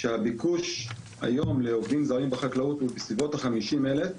שהביקוש היום לעובדים זרים בחקלאות הוא בסביבות ה-50,000,